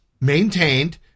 maintained